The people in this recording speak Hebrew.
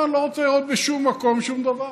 שאומר: אני לא רוצה לראות בשום מקום שום דבר.